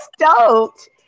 stoked